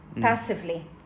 passively